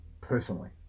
personally